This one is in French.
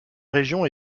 région